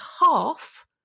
half